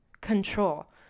control